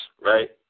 right